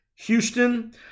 Houston